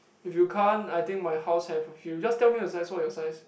if you can't I think my house have a few just tell me your size what your size